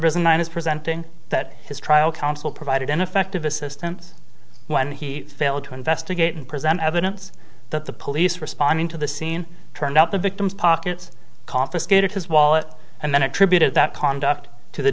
prisoner's presenting that his trial counsel provided ineffective assistance when he failed to investigate and present evidence that the police responding to the scene turned up the victim's pockets confiscated his wallet and then attributed that conduct to the